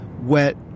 wet